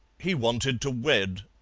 he wanted to wed,